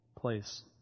place